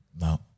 No